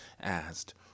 asked